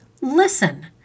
Listen